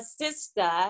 sister